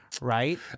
Right